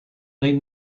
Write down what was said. they